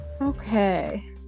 Okay